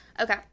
Okay